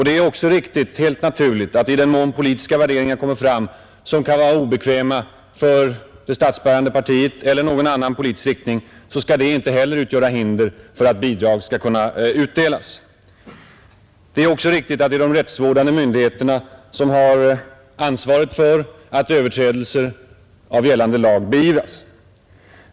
Det är också riktigt, helt naturligt, att i den mån politiska värderingar kommer fram, som kan vara obekväma för det statsbärande partiet eller någon annan politisk riktning, skall inte heller det utgöra hinder för att bidrag skall kunna utdelas. Det är också riktigt att det är de rättsvårdande myndigheterna som har ansvaret för att överträdelser av gällande lag beivras.